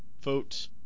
vote